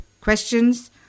questions